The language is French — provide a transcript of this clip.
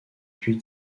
puis